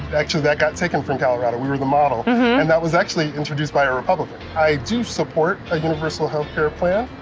actually, that got taken from colorado. we were the model. and that was actually introduced by a republican. i do support a universal health care plan,